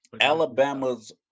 Alabama's